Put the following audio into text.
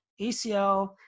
ACL